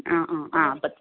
ആ ആ ആ